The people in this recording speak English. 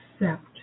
accept